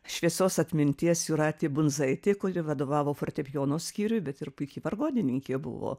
šviesios atminties jūratę bundzaitę kuri vadovavo fortepijono skyriui bet ir puiki vargonininkė buvo